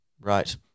right